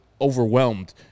overwhelmed